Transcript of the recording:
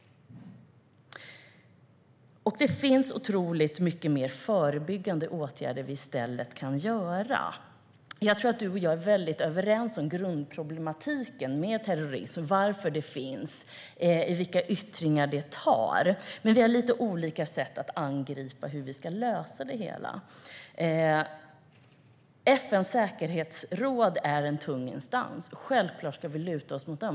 Det finns otroligt mycket mer förebyggande åtgärder vi i stället kan vidta. Jag tror, Lawen Redar, att du och jag är väldigt överens om grundproblematiken med terrorism - varför den finns och vilka yttringar den tar sig. Men vi har lite olika sätt att angripa frågan hur vi ska lösa det hela. FN:s säkerhetsråd är en tung instans som vi självklart ska luta oss mot.